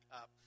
up